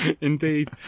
Indeed